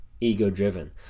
ego-driven